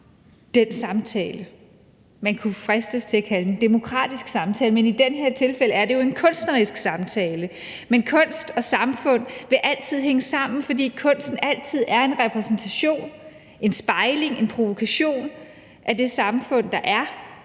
den samtale. Man kunne fristes til at kalde den demokratisk samtale, men i det her tilfælde er jo en kunstnerisk samtale. Men kunst og samfund vil altid hænge sammen, fordi kunsten altid er en repræsentation af, en spejling af eller en provokation mod det samfund, der er,